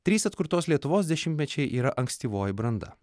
trys atkurtos lietuvos dešimtmečiai yra ankstyvoji branda